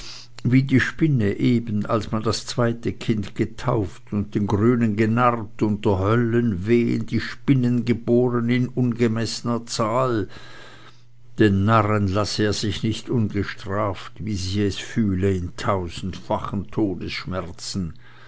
wie die spinne eben als man das zweite kind getauft und den grünen genarrt unter höllenwehen die spinnen geboren in ungemeßner zahl denn narren lasse er sich nicht ungestraft wie sie es fühle in tausendfachen todesschmerzen